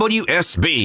wsb